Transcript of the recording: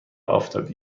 آفتابی